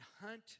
hunt